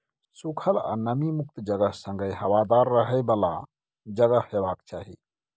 सुखल आ नमी मुक्त जगह संगे हबादार रहय बला जगह हेबाक चाही